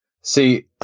See